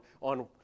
on